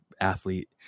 athlete